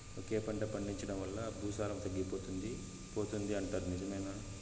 ఒకే పంట పండించడం వల్ల భూసారం తగ్గిపోతుంది పోతుంది అంటారు నిజమేనా